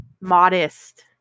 modest